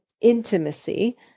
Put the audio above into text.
intimacy